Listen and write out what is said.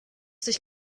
sich